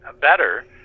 better